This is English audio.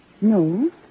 No